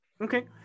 Okay